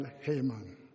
Haman